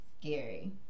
scary